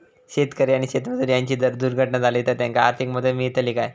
शेतकरी आणि शेतमजूर यांची जर दुर्घटना झाली तर त्यांका आर्थिक मदत मिळतली काय?